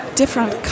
different